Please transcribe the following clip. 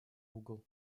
угол